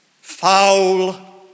Foul